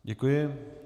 Děkuji.